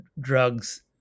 drugs